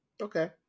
Okay